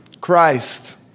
Christ